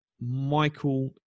Michael